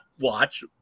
watch